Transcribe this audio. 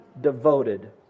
devoted